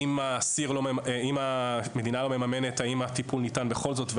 אם המדינה לא מממנת אז האם הטיפול ניתן בכל זאת,